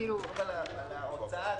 מדברים על ההוצאה עצמה.